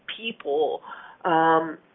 people